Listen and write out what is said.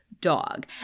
dog